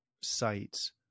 sites